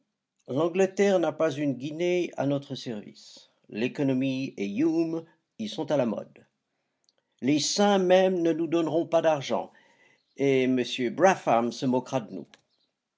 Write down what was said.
l'angleterre n'a pas une guinée à notre service l'économie et hume y sont à la mode les saints même ne nous donneront pas d'argent et m brougham se moquera de nous